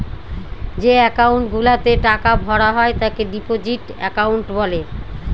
যে একাউন্ট গুলাতে টাকা ভরা হয় তাকে ডিপোজিট একাউন্ট বলে